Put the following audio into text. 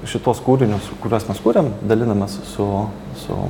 šituos kūrinius kuriuos mes kuriam dalinamės su su